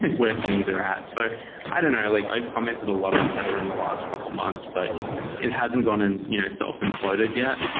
where things are at so i don't know. like i've commented a lot on tether in the last couple months, but it hasn't gone and you know self-imploded yet.